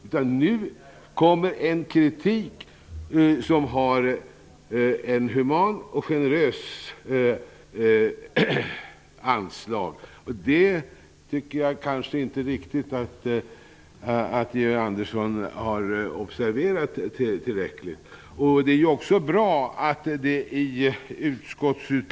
I stället kommer nu en kritik fram som har ett humant och generöst anslag. Jag tycker kanske inte att Georg Andersson tillräckligt har observerat detta.